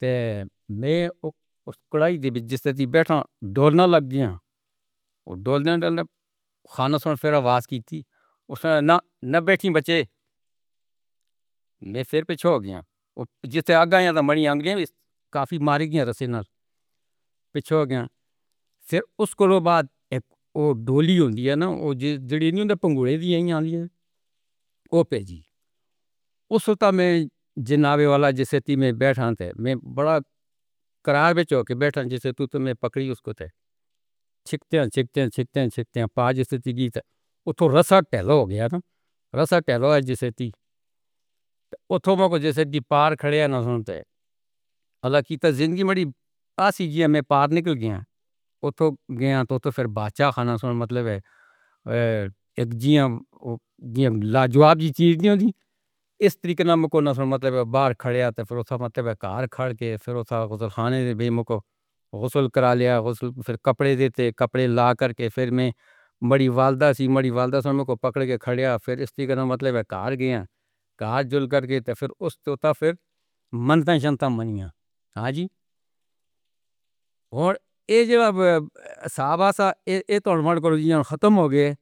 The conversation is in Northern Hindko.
تو میں اُسکو ڈولنا لگ گیا، پھر آواز کی تھی اُس نے نہ بیٹھی بچے نہ پھر پیچھے ہو گیا جسے آیا گیا کافی ماری گیا۔ پھر اُسکو تو بعد وو ڈھولی ہوتی ہے نا وو جی جی وو تو میں جیناوے والے میں بیٹھا تھے۔ میں بڑا کرار میں چوکے بیٹھا، جیسے تو تو میں پکڑی اُسکو تھے چِکّتے چِکّتے چِکّتے۔ وو تو رسا ٹیلو ہو گیا نا رسا ٹیلو ہے جیسے تی وو تو میں کو جیسے تی پار کھڑے ہے نا سنتے آلا کی تو زندگی بڑی باسی جی ہمیں پار نکل گیا۔ وو تو گیا تو تو پھر باچا کھانا سونا مطلب ہے لاجواب کی چیز نہیں ہوتی۔ استری کے نام کو نا مطلب باہر کھڑا کے فیروسا کر لیا اور پھر کپڑے دیتے کپڑے لا کر کے پھیر میں بڑی والداشی بڑی والداشی کو پکڑ کے کھڑا یا پھر استری کا نام مطلب کار کے کار جُڑ کر کے تو پھر اُس تو پھر ممتا ہاں جی۔ اور اے جو اب ساباسا اے اے تو ہنومان جی ختم ہو گئے